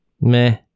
Meh